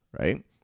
right